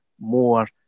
more